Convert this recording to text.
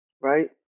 right